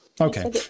Okay